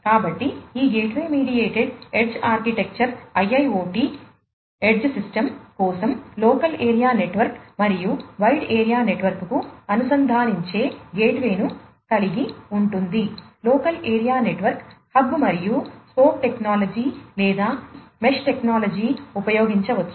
కాబట్టి ఈ gateway mediated edge ఉపయోగించవచ్చు